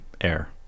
air